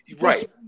Right